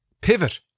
Pivot